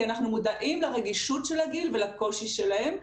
אנחנו מודעים לרגישות של הגיל ולקושי שלהם.